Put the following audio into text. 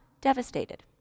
devastated